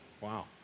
Wow